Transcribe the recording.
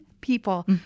people